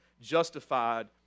justified